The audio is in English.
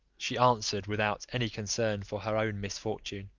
she answered, without any concern for her own misfortune,